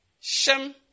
Shem